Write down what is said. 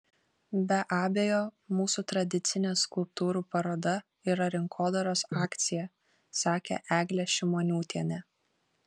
be abejo mūsų tradicinė skulptūrų paroda yra rinkodaros akcija sakė eglė šimoniūtienė